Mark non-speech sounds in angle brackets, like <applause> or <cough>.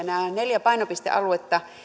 <unintelligible> nämä neljä painopistealuetta